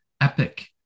epic